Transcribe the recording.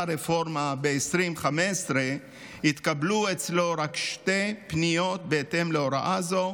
הרפורמה ב-2015 התקבלו אצלו רק שתי פניות בהתאם להוראה זו.